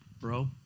bro